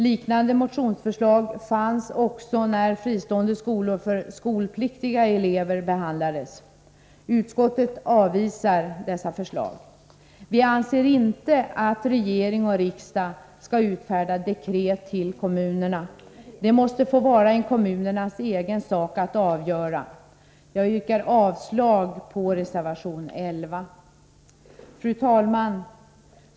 Liknande motionsförslag fanns också när ”Fristående skolor för skolpliktiga elever” behandlades. Utskottet avvisar dessa förslag. Vi anser inte att regering och riksdag skall utfärda dekret till kommunerna i dessa sammanhang. Det måste få vara kommunernas egen sak att avgöra. Jag yrkar avslag på reservation 11. Fru talman!